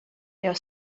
their